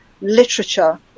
literature